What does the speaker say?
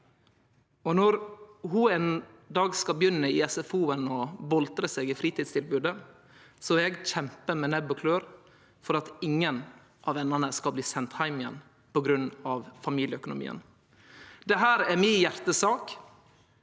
når ho ein dag skal begynne i SFO og boltre seg i fritidstilbodet, vil eg kjempe med nebb og klør for at ingen av venene skal bli sende heim igjen på grunn av familieøkonomien. Dette er mi hjartesak.